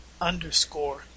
Underscore